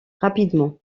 rapidement